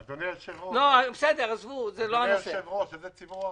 אדוני היושב-ראש, איזה ציבור ערבי?